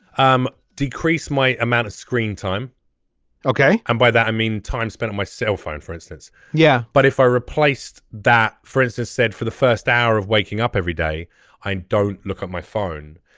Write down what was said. um decrease my amount of screen time ok. and by that i mean. time spent on my cell phone for instance. yeah but if i replaced that for instance said for the first hour of waking up every day i don't look at my phone.